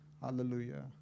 Hallelujah